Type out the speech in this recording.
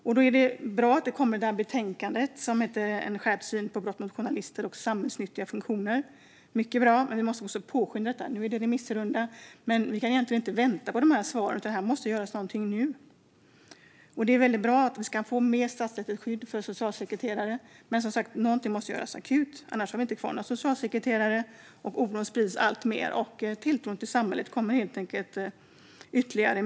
Det är mycket bra att betänkandet En skärpt syn på brott mot journalister och utövare av vissa samhällsnyttiga funktioner kommit, men det här måste påskyndas. Remissrunda pågår, men vi kan inte vänta på svaren. Någonting måste göras nu. Det är bra att socialsekreterare kan få stärkt straffrättsligt skydd, men något måste som sagt göras akut. Annars kommer vi inte att ha kvar några socialsekreterare, och oron kommer att spridas mer och tilltron till samhället minska ytterligare.